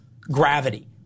gravity